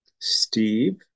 Steve